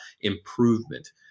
improvement